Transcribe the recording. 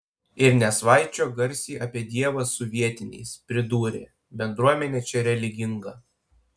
ir nesvaičiok garsiai apie dievą su vietiniais pridūrė bendruomenė čia religinga